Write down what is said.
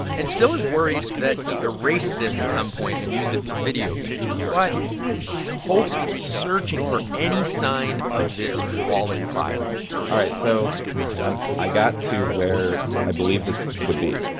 and syl is worried that he erased this at some point and used it for video games. but he's hoping, searching for any sign of this wallet file all right, so i'm i got to where i believe this would be.